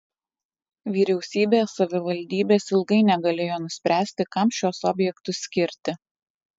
vyriausybė savivaldybės ilgai negalėjo nuspręsti kam šiuos objektus skirti